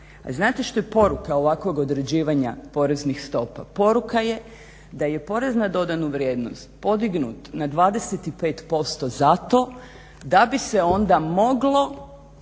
znate šta je poruka ovakvog određivanja poreznih stopa? Poruka je da je porez na dodanu vrijednost podignut na 25% zato da bi se onda moglo